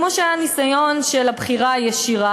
כמו שהיה הניסיון של הבחירה הישירה,